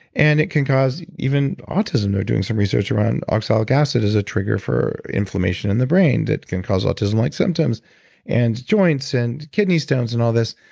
and it can cause even autism. they're doing some research around oxalic acid as a trigger for inflammation in the brain that can cause autism like symptoms and joints and kidney stones and all this.